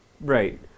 Right